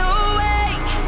awake